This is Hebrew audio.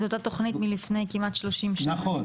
זאת התכנית מלפני כמעט 30 שנה.